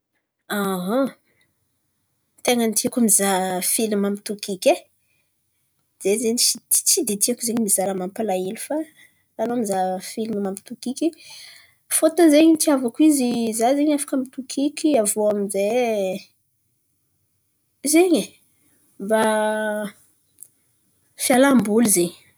ten̈a ny tiako mizaha filma mampitokiky e. Ze zen̈y tsy de tiako zen̈y mizaha raha mampalahelo fa aliô mizaha filma mampitokiky. Fôtony zen̈y itiavako izy za zen̈y afaka mitokiky aviô aminjay, zen̈y e mba fialamboly zen̈y.